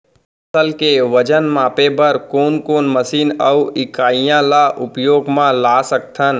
फसल के वजन मापे बर कोन कोन मशीन अऊ इकाइयां ला उपयोग मा ला सकथन?